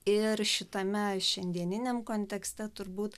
ir šitame šiandieniniam kontekste turbūt